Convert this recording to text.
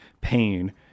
pain